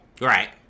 right